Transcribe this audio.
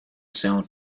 sale